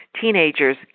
teenagers